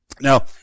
Now